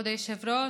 כבוד היושב-ראש,